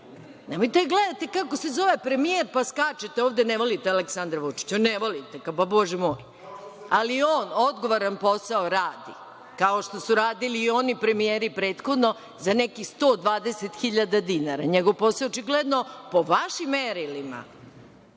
nemojte gledati kako se zove premijer, pa skačete ovde, ne volite Aleksandra Vučića. Ne volite ga, pa, bože moj ali on odgovoran posao radi, kao što su radili i oni premijeri prethodno za nekih 120 hiljada dinara. NJegov posao je očigledno, po vašim merilima